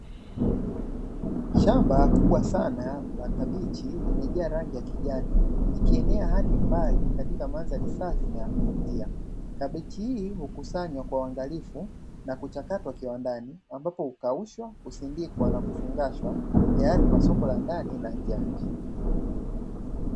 Shamba kubwa sana la kabichi limejaa rangi ya kijani likienea hadi mbali katika mandhari safi na ya kuvutia, kabechi hii hukusanywa kwa uangalifu na kuchakatwa kiwandani ambapo hukaushwa, husindikwa na kufungashwa tayari kwa soko la ndani na nje ya nchi.